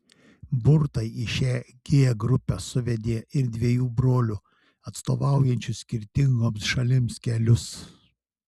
burtai į šią g grupę suvedė ir dviejų brolių atstovaujančių skirtingoms šalims kelius